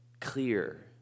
clear